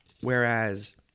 Whereas